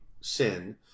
sin